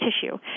tissue